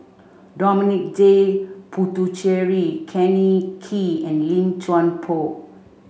Dominic J Puthucheary Kenneth Kee and Lim Chuan Poh